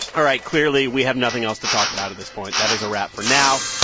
all right. clearly, we have nothing else to talk about at this point. that is a wrap for now.